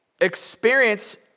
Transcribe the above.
Experience